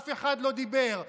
אף אחד לא דיבר,